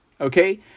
okay